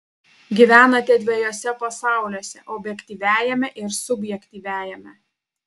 gyvenate dviejuose pasauliuose objektyviajame ir subjektyviajame